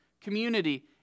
community